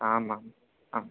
आमाम् आम्